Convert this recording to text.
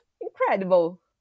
incredible